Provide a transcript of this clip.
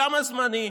למה כזמני?